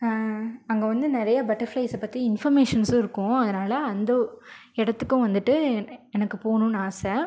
அங்கே வந்து நிறைய பட்டர்ஃப்ளைஸை பற்றி இன்ஃபர்மேஷன்ஸும் இருக்கும் அதனால் அந்த இடத்துக்கும் வந்துட்டு எனக்கு போகணும்னு ஆசை